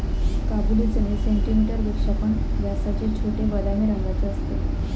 काबुली चणे सेंटीमीटर पेक्षा पण व्यासाचे छोटे, बदामी रंगाचे असतत